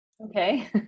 Okay